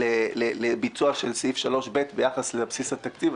לביצוע של סעיף 3ב ביחס לבסיס התקציב.